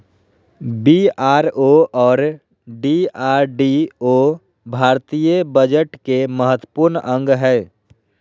BRO और DRDO भारतीय budget के महत्वपूर्ण अंग हय